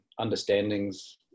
understandings